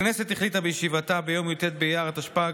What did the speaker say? הכנסת החליטה בישיבתה ביום י"ט באייר התשפ"ג,